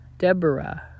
Deborah